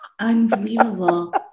Unbelievable